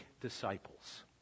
disciples